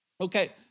Okay